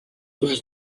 was